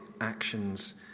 actions